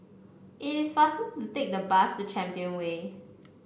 it is faster to take the bus to Champion Way